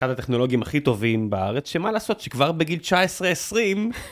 אחד הטכנולוגים הכי טובים בארץ, שמה לעשות שכבר בגיל 19-20...